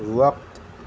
وقت